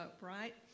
right